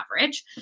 average